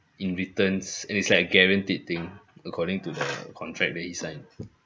in returns and it's like a guaranteed thing according to the contract that he signed